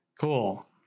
Cool